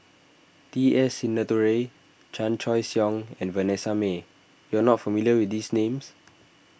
T S Sinnathuray Chan Choy Siong and Vanessa Mae you are not familiar with these names